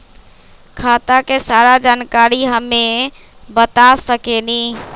खाता के सारा जानकारी हमे बता सकेनी?